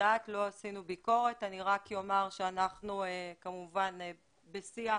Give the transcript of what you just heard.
רק אומר שאנחנו בשיח